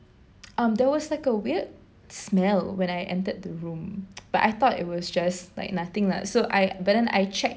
um there was like a weird smell when I entered the room but I thought it was just like nothing lah so I but then I checked